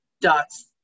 dots